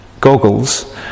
goggles